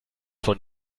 von